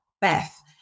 Beth